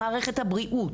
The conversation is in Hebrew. למערכת הבריאות.